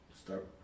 start